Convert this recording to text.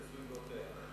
וסביבותיה.